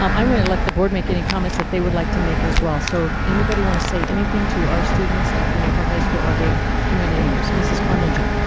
um i'm going to let the board make any comments that they would like to make as well. so if anybody wants to say anything to our students at rampart high school or their community members. mrs. cloninger.